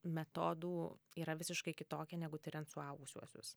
metodų yra visiškai kitokie negu tiriant suaugusiuosius